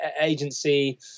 agency